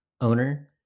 owner